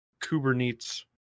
kubernetes